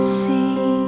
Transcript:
see